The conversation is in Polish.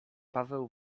paweł